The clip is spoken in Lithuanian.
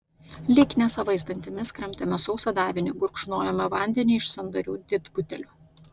lyg nesavais dantimis kramtėme sausą davinį gurkšnojome vandenį iš sandarių didbutelių